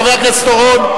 חבר הכנסת אורון,